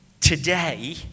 today